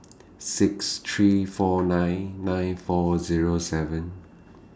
six three four nine nine four Zero seven